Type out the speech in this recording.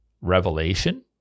revelation